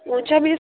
हुन्छ मिस